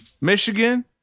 Michigan